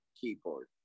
keyboard